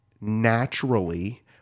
naturally